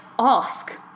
Ask